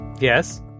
Yes